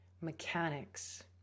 mechanics